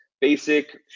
Basic